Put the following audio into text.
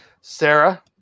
Sarah